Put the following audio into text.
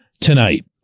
tonight